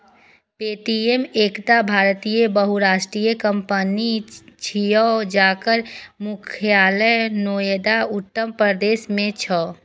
Paytm एकटा भारतीय बहुराष्ट्रीय कंपनी छियै, जकर मुख्यालय नोएडा, उत्तर प्रदेश मे छै